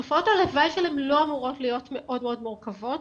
תופעות הלוואי שלהם לא אמורות להיות מאוד מורכבות.